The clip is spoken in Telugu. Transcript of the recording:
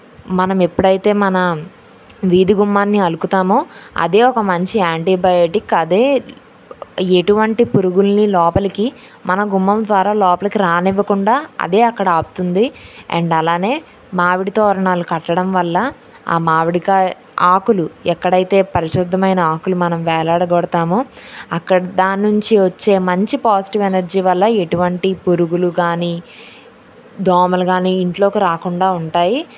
మనం ఎప్పుడైతే మన వీధి గుమ్మాన్ని అలుకుతామో అదే ఒక మంచి యాంటీబయాటిక్ అదే ఎటువంటి పురుగులని లోపలికి మన గుమ్మం ద్వారా లోపలికి రానివ్వకుండా అదే అక్కడ ఆపుతుంది అండ్ అలానే మామిడి తోరణాలు కట్టడం వల్ల ఆ మావిడికాయ ఆకులు ఎక్కడైతే పరిశుద్ధమైన ఆకులు మనం వేలాడగొడతామో అక్కడ దాని నుంచి వచ్చే మంచి పాజిటివ్ ఎనర్జీ వల్ల ఎటువంటి పురుగులు కానీ దోమలు కానీ ఇంట్లోకి రాకుండా ఉంటాయి